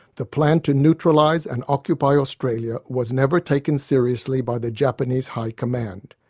the plan to neutralise and occupy australia was never taken seriously by the japanese high command.